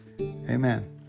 Amen